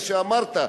איך שאמרת,